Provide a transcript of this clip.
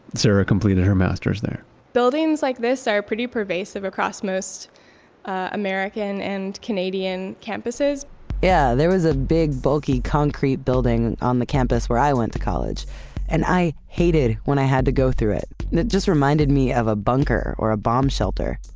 sarah completed her master's there buildings like this are pretty pervasive across most american and canadian campuses yeah, there was a big bulky, concrete building on the campus where i went to college and i hated when i had to go through it. it just reminded me of a bunker or a bomb shelter.